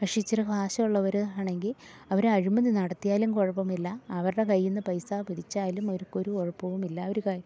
പക്ഷേ ഇച്ചിരെ കാശുള്ളവര് ആണെങ്കിൽ അവർ അഴിമതി നടത്തിയാലും കുഴപ്പമില്ല അവരുടെ കയ്യിൽ നിന്ന് പൈസാ പിരിച്ചാലും അവർക്കൊരു കുഴപ്പവുമില്ല ആ ഒരു കാര്യ